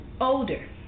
older